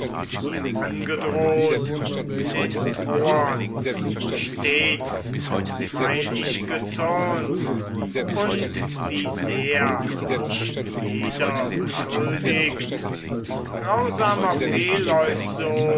ihr angedroht den troern stets dieweil ich gezürnt und wie sehr mich jeder beschuldigt grausamer